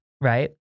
Right